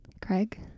Craig